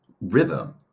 rhythm